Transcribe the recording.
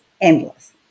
endless